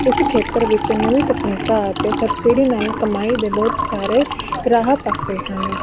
ਇਸ ਖੇਤਰ ਵਿੱਚ ਨਵੀਂ ਤਕਨੀਕਾਂ ਅਤੇ ਸਬਸਿਡੀ ਨਾਲ ਕਮਾਈ ਦੇ ਬਹੁਤ ਸਾਰੇ ਰਾਹ ਪਾਸੇ ਹਨ